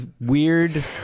weird